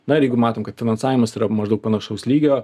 na ir jeigu matom kad finansavimas yra maždaug panašaus lygio